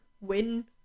win